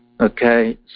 Okay